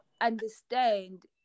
understand